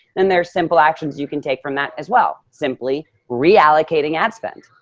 then there's simple actions you can take from that as well, simply reallocating ad spent,